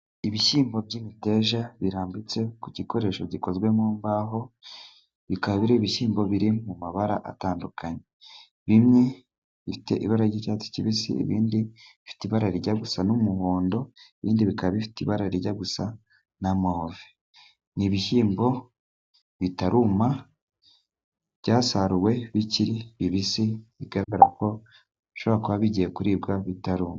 Ibishyimbo by'imiteja birambitse ku gikoresho gikozwe mu mbaho. Bikaba birimo ibishyimbo biri mu mabara atandukanye. Bimwe bifite ibara ry'icyatsi kibisi, ibindi bifite ibara rijya gusa n'umuhondo, ibindi bikaba bifite ibara rijya gusa na move. Ni ibishyimbo bitaruma byasaruwe bikiri bibisi, bigaragara ko bishobora kuba bigiye kuribwa bitaruma.